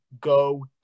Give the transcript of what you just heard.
go